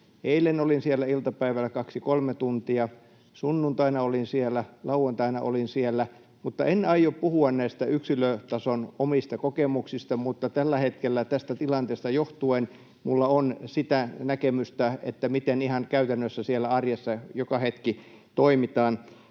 Eilen olin siellä iltapäivällä kaksi kolme tuntia, sunnuntaina olin siellä, lauantaina olin siellä. En aio puhua näistä yksilötason omista kokemuksista, mutta tällä hetkellä tästä tilanteesta johtuen minulla on sitä näkemystä, miten ihan käytännössä siellä arjessa joka hetki toimitaan.